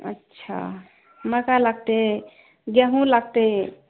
अच्छा मक्का लागतै गेहूँ लगतै